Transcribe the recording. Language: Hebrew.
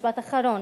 משפט אחרון,